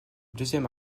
deuxième